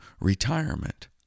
retirement